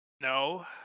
no